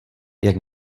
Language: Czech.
jak